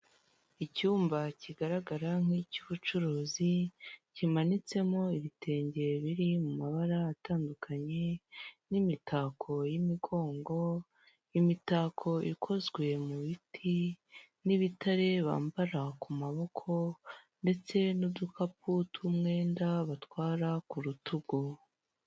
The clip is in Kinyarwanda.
Icyumba kigaragara nk'icy'ubucuruzi kimanitsemo ibitenge biri mu mabara atandukanye, n'imitako y'imigongo imitako ikozwe mu biti n'ibitare bambara ku maboko, ndetse n'udukapu tw'umwenda batwara ku rutugu.